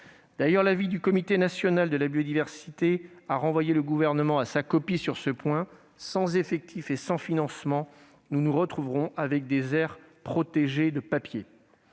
D'ailleurs, l'avis du Comité national de la biodiversité a renvoyé le Gouvernement à sa copie sur ce point : sans effectifs et sans financement, nous nous retrouverons avec des aires protégées de papier.